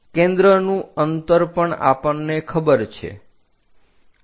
કેન્દ્રનું અંતર પણ આપણને ખબર છે